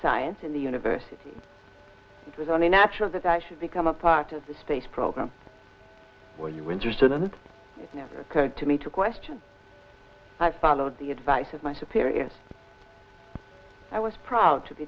science in the university it was only natural that i should become a part of the space program where you were interested and it's never occurred to me to question i followed the advice of my superiors i was proud to be